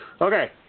Okay